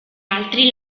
altri